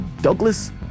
Douglas